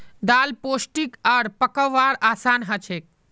दाल पोष्टिक आर पकव्वार असान हछेक